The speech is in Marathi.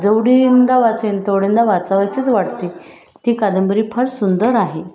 जेवढेंदा वाचेन तेवढेंदा वाचावेसेच वाटते ती कादंबरी फार सुंदर आहे